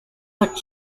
what